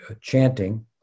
chanting